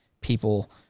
people